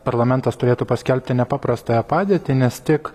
parlamentas turėtų paskelbti nepaprastąją padėtį nes tik